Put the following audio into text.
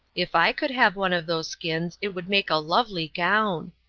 if i could have one of those skins, it would make a lovely gown.